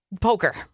poker